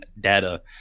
data